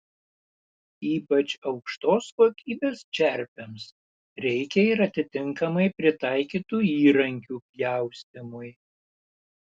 ypač aukštos kokybės čerpėms reikia ir atitinkamai pritaikytų įrankių pjaustymui